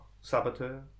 Saboteur